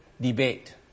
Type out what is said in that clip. debate